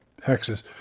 hexes